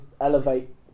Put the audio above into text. elevate